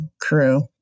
crew